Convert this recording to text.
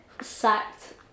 sacked